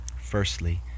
Firstly